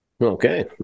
Okay